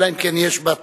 אלא אם כן יש בתקנון,